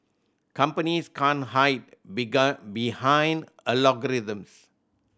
companies can't hide behind algorithms